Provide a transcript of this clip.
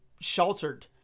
sheltered